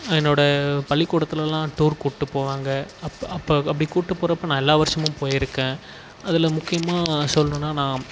என்னோடய பள்ளிக்கூடத்துலேலாம் டூர் கூட்டுப்போவாங்க அப்போ அப்போ அப்படி கூட்டுப்போகிறப்ப நான் எல்லா வருடமும் போயிருக்கேன் அதில் முக்கியமாக சொல்லணுன்னா நான்